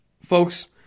folks